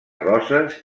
roses